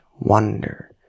wonder